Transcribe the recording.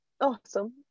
Awesome